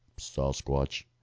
Sasquatch